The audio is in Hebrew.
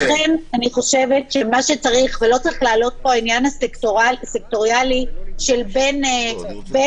לכן אני חושבת שלא צריך לעלות פה העניין הסקטוריאלי בין מקצועות